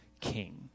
king